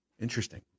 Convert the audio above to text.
Interesting